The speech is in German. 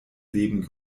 leben